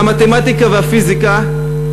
והמתמטיקה והפיזיקה,